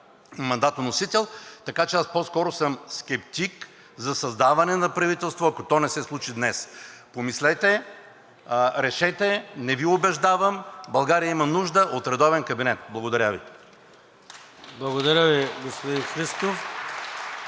мандатоносител, така че аз съм по-скоро скептик за създаване на правителство, ако то не се случи днес. Помислете, решете, не Ви убеждавам! България има нужда от редовен кабинет. Благодаря Ви. (Ръкопляскания от